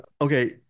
Okay